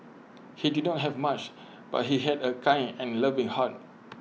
he did not have much but he had A kind and loving heart